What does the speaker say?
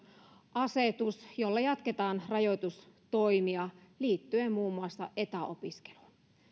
asetus jolla jatketaan rajoitustoimia liittyen muun muassa etäopiskeluun